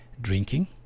drinking